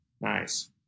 Nice